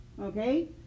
Okay